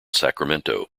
sacramento